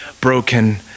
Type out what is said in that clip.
broken